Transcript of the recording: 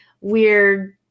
weird